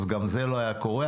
אז גם זה לא היה קורה,